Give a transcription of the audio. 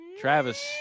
Travis